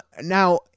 Now